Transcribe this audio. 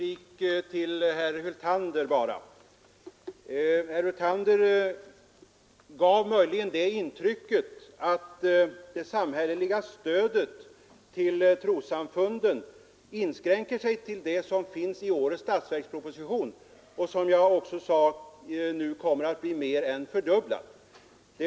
Herr talman! En kort replik till herr Hyltander. Han gav möjligen intrycket att det samhälleliga stödet till trossamfunden inskränker sig till det som finns i årets statsverksproposition och som nu kommer att bli mer än fördubblat, som jag påpekade.